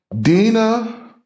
Dina